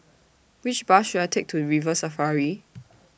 Which Bus should I Take to River Safari